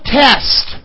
test